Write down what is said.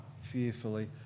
fearfully